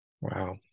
Wow